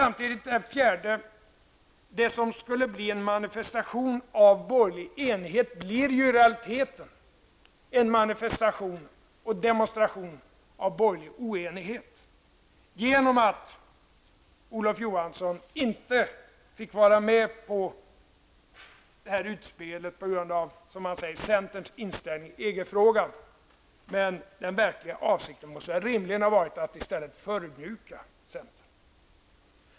För det fjärde: Det som skulle bli en manifestation av borgerlig enighet blev ju i realiteten en manifestation och demonstration av borgerlig oenighet på grund av att Olof Johansson inte fick vara med på utspelet. Orsaken var alltså, som det sades, centerns inställning i EG-frågan. Men den verkliga avsikten måste rimligen ha varit att förödmjuka centern.